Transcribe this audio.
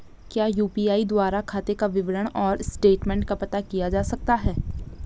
क्या यु.पी.आई द्वारा खाते का विवरण और स्टेटमेंट का पता किया जा सकता है?